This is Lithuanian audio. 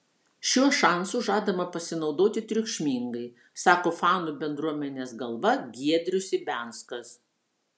šiuo šansu žadama pasinaudoti triukšmingai sako fanų bendruomenės galva giedrius ibianskas